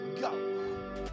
go